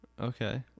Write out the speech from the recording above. Okay